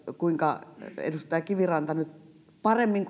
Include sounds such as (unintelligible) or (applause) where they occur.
kuinka edustaja kiviranta nyt paremmin (unintelligible)